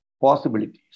Possibilities